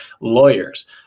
lawyers